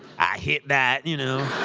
i hit that, you know.